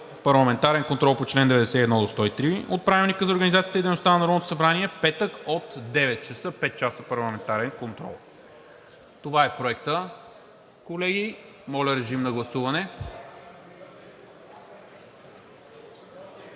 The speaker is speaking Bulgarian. Парламентарен контрол по чл. 91 – 103 от Правилника за организацията и дейността на Народното събрание, петък от 9,00 ч. – пет часа парламентарен контрол. Това е Проектът, колеги, моля, режим на гласуване.